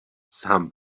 sám